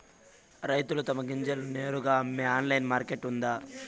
రైతులు తమ గింజలను నేరుగా అమ్మే ఆన్లైన్ మార్కెట్ ఉందా?